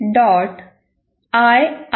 com